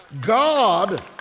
God